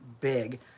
big